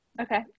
Okay